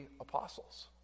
Apostles